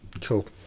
Cool